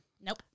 nope